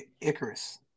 Icarus